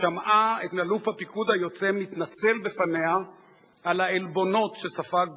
שמעה את אלוף הפיקוד היוצא מתנצל בפניה על העלבונות שספג בנה,